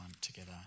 together